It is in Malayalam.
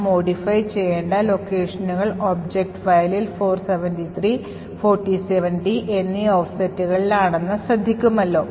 നാം modify ചെയ്യേണ്ട ലൊക്കേഷനുകൾ ഒബ്ജക്റ്റ് fileൽ 473 47d എന്നീ ഓഫ്സെറ്റ്കളിൽ ആണെന്ന് ശ്രദ്ധിക്കുമല്ലോ